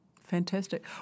Fantastic